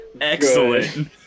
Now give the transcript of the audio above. Excellent